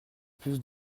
plus